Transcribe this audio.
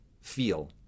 feel